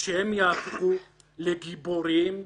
שהם יהפכו לגיבורים -- ועכשיו?